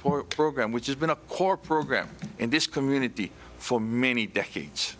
for a program which has been a core program in this community for many decades